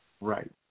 Right